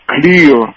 clear